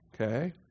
okay